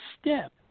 step